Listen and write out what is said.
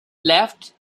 left